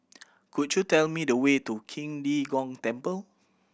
could you tell me the way to Qing De Gong Temple